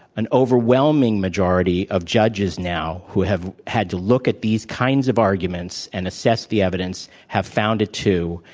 an overwhelming majority of judges now, who have had to look at these kinds of arguments and assess the evidence, have found it, too.